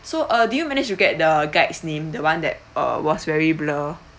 so uh do you manage to get the guide's name the one that uh was very blur